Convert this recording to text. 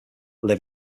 live